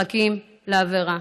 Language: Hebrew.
מחכים לאברה.